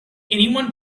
anyone